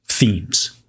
themes